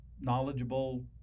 knowledgeable